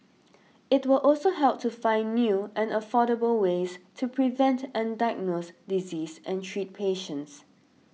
it will also help to find new and affordable ways to prevent and diagnose diseases and treat patients